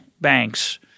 banks